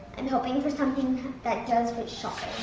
i'm hoping for something that deals with shopping.